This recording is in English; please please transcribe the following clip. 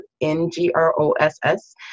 N-G-R-O-S-S